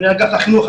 מנכל החינוך,